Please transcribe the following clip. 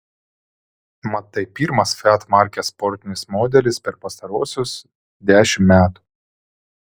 mat tai pirmas fiat markės sportinis modelis per pastaruosius dešimt metų